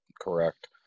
correct